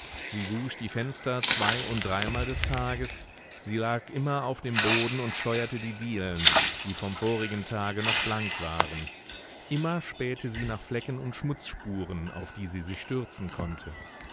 sie wusch die fenster zwei und dreimal des tages sie lag immer auf dem boden und scheuerte die dielen die vom vorigen tage noch blank waren immer spähte sie nach flecken und schmutzspuren auf die sie sich stürzen konnte